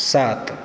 सात